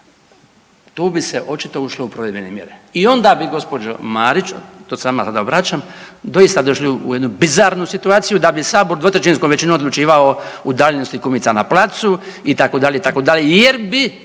Tu bi se očito ušlo u provedbene mjere, i onda bi gđo. Marić, to se vama sada obraćam, doista došli u jednu bizarnu situaciju, da bi Sabor dvotrećinskom većinom odlučivao udaljenosti kumica na placu, itd., itd. jer bi,